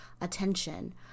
attention